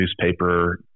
newspaper